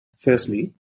Firstly